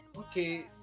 okay